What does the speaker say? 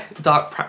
dark